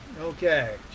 okay